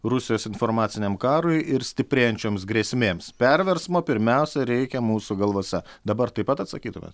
rusijos informaciniam karui ir stiprėjančioms grėsmėms perversmo pirmiausia reikia mūsų galvose dabar taip pat atsakytumėt